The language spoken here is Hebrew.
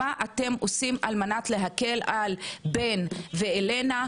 מה אתם עושים על מנת להקל על בן ואלנה,